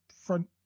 front